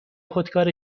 خودکار